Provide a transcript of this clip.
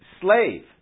slave